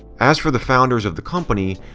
as for the founders of the company.